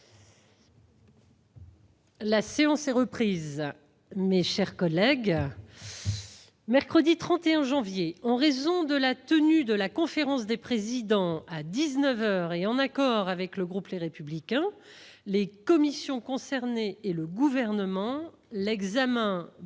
La séance est reprise. Mes chers collègues, mercredi 31 janvier, en raison de la tenue de la conférence des présidents à dix-neuf heures et en accord avec le groupe Les Républicains, les commissions concernées et le Gouvernement, l'examen de la